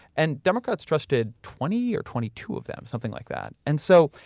and democrats trusted twenty or twenty two of them, something like that. and so,